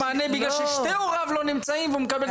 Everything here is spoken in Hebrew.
מענה בגלל ששני הוריו לא נמצאים והוא מקבל דרך ---?